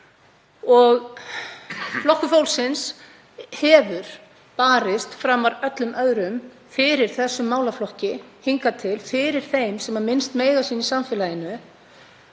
Flokkur fólksins hefur barist framar öllum öðrum fyrir þessum málaflokki hingað til, fyrir þeim sem minnst mega sín í samfélaginu,